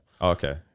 Okay